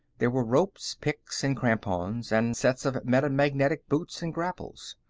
there were ropes, picks, and crampons, and sets of metamagnetic boots and grapples.